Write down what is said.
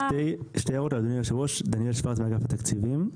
דניאל שוורץ מאגף התקציבים.